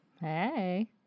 Hey